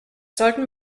sollten